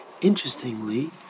Interestingly